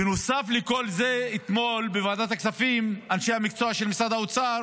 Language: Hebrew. בנוסף לכל זה אתמול בוועדת הכספים אנשי המקצוע של משרד האוצר